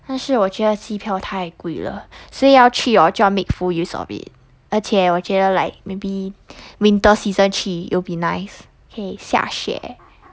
但是我觉得机票太贵了所以要去 orh 要 make full use of it 而且我觉得 like maybe winter season 去 will be nice 可以下雪